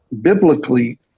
biblically